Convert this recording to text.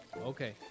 Okay